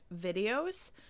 videos